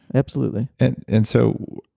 absolutely and and so,